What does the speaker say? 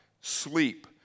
sleep